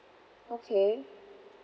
okay